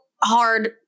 hard